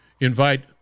invite